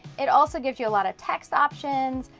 it also gives you a lot of text options,